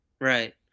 right